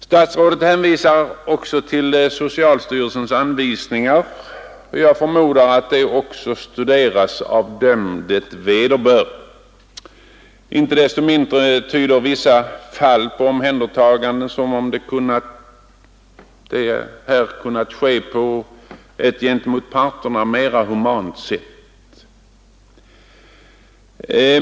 Statsrådet hänvisar också till socialstyrelsens anvisningar, och jag förmodar att de studeras av dem det vederbör. Inte desto mindre tyder vissa fall av omhändertagande på att dessa kunnat göras på ett gentemot parterna mera humant sätt.